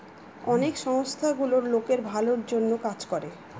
অনেক সংস্থা গুলো লোকের ভালোর জন্য কাজ করে